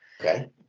okay